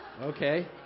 Okay